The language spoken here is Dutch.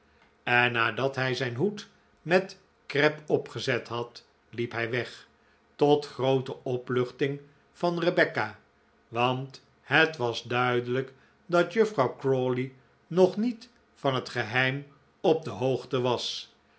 en nadat hij zijn hoed met krep opgezet had liep hij weg tot groote opluchting van rebecca want het was duidelijk dat juffrouw crawley nog niet van het geheim op de hoogte was